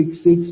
089840